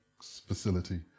facility